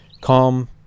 calm